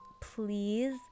please